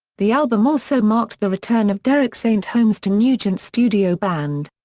the album also marked the return of derek st. holmes to nugent's studio band.